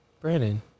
Brandon